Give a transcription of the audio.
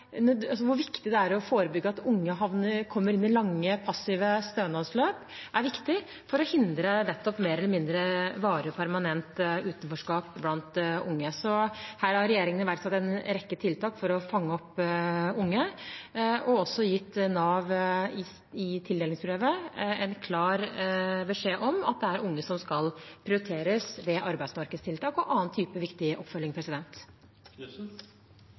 unge kommer inn i lange, passive stønadsløp, for å hindre mer eller mindre varig og permanent utenforskap blant unge. Så her har regjeringen iverksatt en rekke tiltak for å fange opp unge. Vi har også gitt Nav, gjennom tildelingsbrevet, en klar beskjed om at unge skal prioriteres ved arbeidsmarkedstiltak og andre typer viktig oppfølging.